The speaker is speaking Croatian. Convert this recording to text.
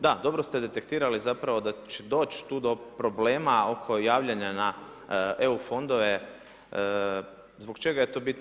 Da dobro ste dekretirali zapravo, da će doći tu do problema, oko javljanja na EU fondove, zbog čega je to bitno?